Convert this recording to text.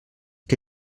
que